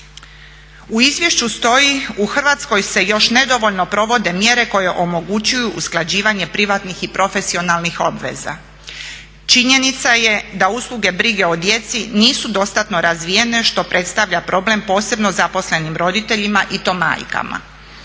U izvješću stoji, u Hrvatskoj još nedovoljno provode mjere koje omogućuju usklađivanje privatnih i profesionalnih obveza. Činjenica je da usluge brige o djeci nisu dostatno razvijene što predstavlja problem posebno zaposlenim roditeljima i to majkama.